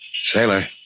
Sailor